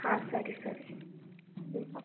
ಹಾಂ ಸರಿ ಸರಿ